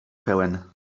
pełen